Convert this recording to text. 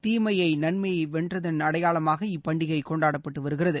தீமையை நன்மை வென்றதன் அடையாளமாக இப்பண்டிகை கொண்டாடப்பட்டு வருகிறது